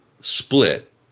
split